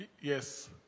Yes